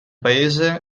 paese